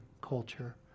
culture